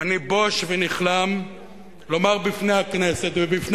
אני בוש ונכלם לומר בפני הכנסת ובפני